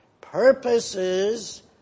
purposes